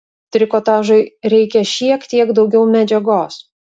trikotažui reikia šiek teik daugiau medžiagos